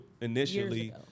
initially